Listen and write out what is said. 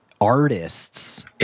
artists